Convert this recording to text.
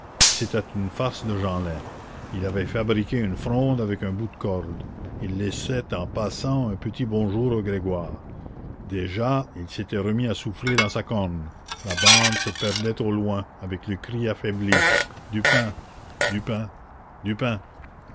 c'était une farce de jeanlin il avait fabriqué une fronde avec un bout de corde il laissait en passant un petit bonjour aux grégoire déjà il s'était remis à souffler dans sa corne la bande se perdait au loin avec le cri affaibli du pain du pain du pain